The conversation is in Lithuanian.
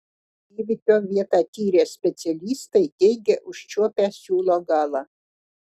įvykio vietą tyrę specialistai teigia užčiuopę siūlo galą